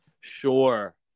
Sure